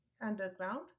underground